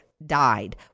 died